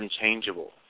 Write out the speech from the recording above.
unchangeable